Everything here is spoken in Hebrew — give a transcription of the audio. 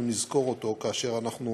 שאנחנו נזכור אותו כאשר אנחנו